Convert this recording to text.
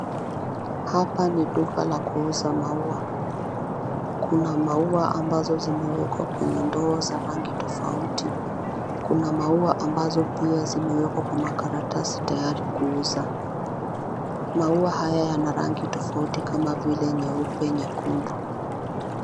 Hapa ni duka la kuuza maua. Kuna maua ambazo zimewekwa kwenye ndoo za rangi tofauti. Kuna maua ambazo pia zimewekwa kwenye makaratasi tayari kuuzwa. Maua haya yana rangi tofauti kama vile nyeupe, nyekundu.